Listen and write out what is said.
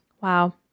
Wow